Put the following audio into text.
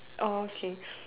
oh okay